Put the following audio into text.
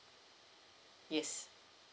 yes